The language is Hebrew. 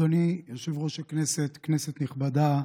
אדוני יושב-ראש הכנסת, כנסת נכבדה,